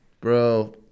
Bro